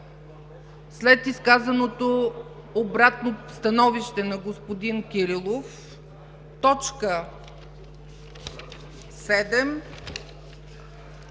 след изказаното обратно становище на господин Кирилов – т. 7